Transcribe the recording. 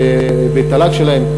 בתל"ג שלהם,